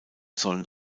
sollen